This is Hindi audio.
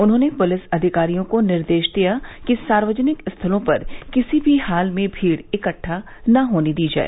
उन्होंने पुलिस अधिकारियों को निर्देश दिया कि सार्वजनिक स्थलों पर किसी भी हाल में भीड़ इकट्ठा न होने दी जाए